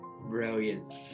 Brilliant